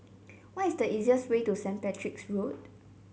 what is the easiest way to Saint Patrick's Road